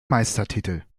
meistertitel